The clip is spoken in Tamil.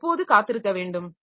அது எப்போது காத்திருக்க வேண்டும்